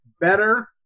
better